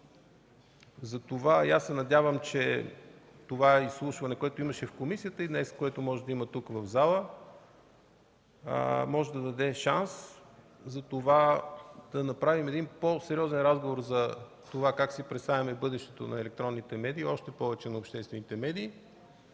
Затова аз се надявам, че изслушването, което имаше в комисията и което днес може да има тук в залата, ще позволи да даде шанс да направим един по-сериозен разговор за това как си представяме бъдещето на електронните медии, още повече на обществените медии,